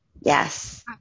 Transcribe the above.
Yes